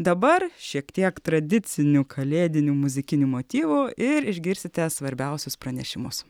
dabar šiek tiek tradicinių kalėdinių muzikinių motyvų ir išgirsite svarbiausius pranešimus